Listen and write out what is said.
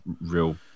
real